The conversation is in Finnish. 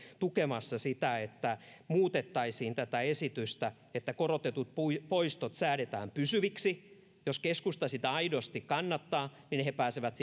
tukemassa sitä että muutettaisiin tätä esitystä että korotetut poistot poistot säädetään pysyviksi jos keskusta sitä aidosti kannattaa niin he pääsevät